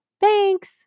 Thanks